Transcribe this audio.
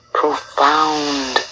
profound